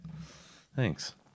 thanks